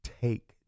take